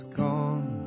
gone